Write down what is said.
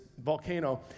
volcano